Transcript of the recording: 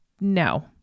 no